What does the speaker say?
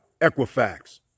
Equifax